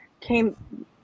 came